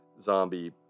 zombie